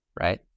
right